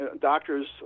doctors